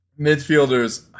Midfielders